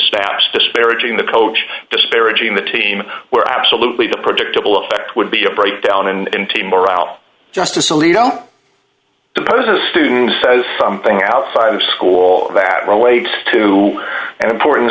stabs disparaging the coach disparaging the team where absolutely the predictable effect would be a breakdown and team morale justice alito suppose a student says something outside of school that relates to an important